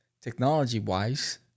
technology-wise